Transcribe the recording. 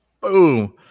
Boom